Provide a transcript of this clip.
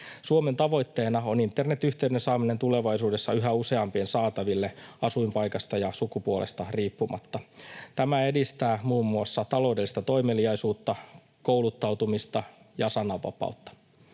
Suomen tavoitteena on internetyhteyden saaminen tulevaisuudessa yhä useampien saataville asuinpaikasta ja sukupuolesta riippumatta. Tämä edistää muun muassa taloudellista toimeliaisuutta, kouluttautumista ja sananvapautta.